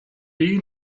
you